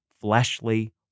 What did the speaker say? fleshly